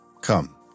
Come